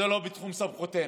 זה לא בתחום סמכותנו.